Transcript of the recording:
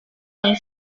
yang